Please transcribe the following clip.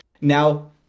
now